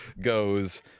goes